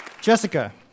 Jessica